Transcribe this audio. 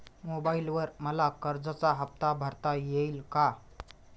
मोबाइलवर मला कर्जाचा हफ्ता भरता येईल का?